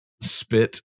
spit